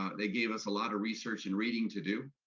ah they gave us a lot of research and reading to do,